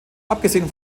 abgesehen